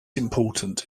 important